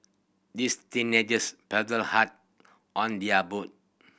this teenagers paddled hard on their boat